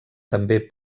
també